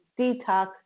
detox